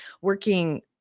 working